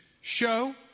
show